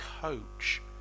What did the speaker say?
coach